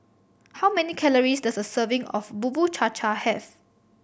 how many calories does a serving of Bubur Cha Cha have